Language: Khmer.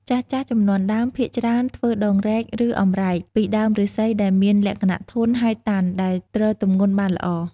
ចាស់ៗជំនាន់ដើម ភាគច្រើនធ្វើដងរែក ឬអម្រែក ពីដើមឫស្សីដែលមានលក្ខណៈធន់ ហើយតាន់ដែលទ្រទម្ងន់បានល្អ។